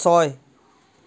ছয়